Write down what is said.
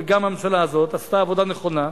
וגם הממשלה הזאת עשתה עבודה נכונה,